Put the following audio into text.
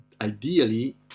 ideally